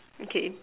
okay